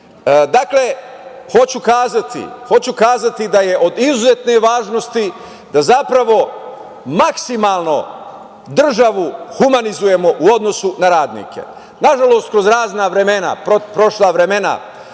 ljudi. Dakle, hoću kazati da je od izuzetne važnosti da zapravo maksimalno državu humanizujemo u odnosu na radnike. Nažalost, kroz razna vremena, prošla vremena,